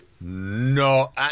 No